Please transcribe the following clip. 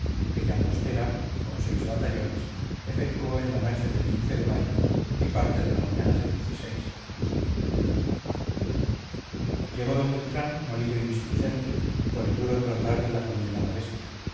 que llangostera con seis batallones efectuó en la noche del de mayo y parte de la mañana del llegó d beltrán molido y displicente por el duro trotar de la condenada bestia